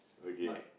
okay